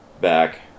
back